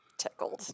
tickled